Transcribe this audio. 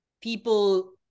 people